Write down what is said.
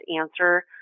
answer